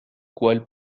cual